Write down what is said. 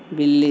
बिल्ली